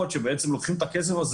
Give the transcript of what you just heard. שמענו קודם שלוקחים את הכסף הזה